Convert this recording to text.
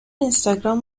اینستاگرام